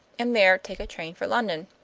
and there take a train for london.